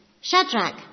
Shadrach